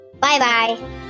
Bye-bye